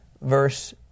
verse